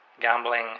gambling